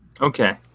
Okay